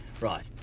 Right